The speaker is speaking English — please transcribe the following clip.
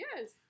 Yes